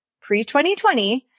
pre-2020